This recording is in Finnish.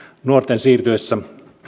nuorten siirtyessä